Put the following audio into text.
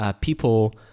people